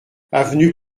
avenue